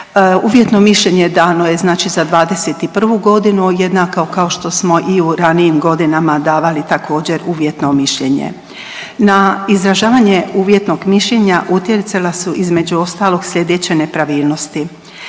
Uvjetno mišljenje je dano je znači za '21. g., jednako kao što smo i u ranijim godinama davali također, uvjetno mišljenje. Na izražavanje uvjetnom mišljenja utjecala su između ostalog sljedeće nepravilnosti,